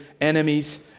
enemies